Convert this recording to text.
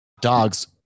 dogs